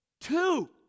two